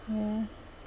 ya